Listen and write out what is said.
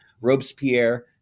Robespierre